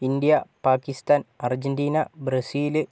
India Pakistan Argentina Brazil